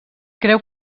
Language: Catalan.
creu